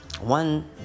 one